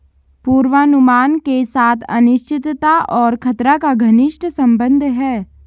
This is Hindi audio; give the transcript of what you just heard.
पूर्वानुमान के साथ अनिश्चितता और खतरा का घनिष्ट संबंध है